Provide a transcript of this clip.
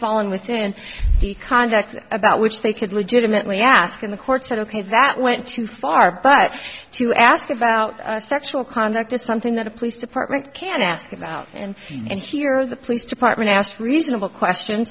fallen within the context about which they could legitimately ask in the courts that ok that went too far but to ask about sexual conduct is something that a police department can ask about and and here the police department asked reasonable question